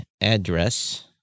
address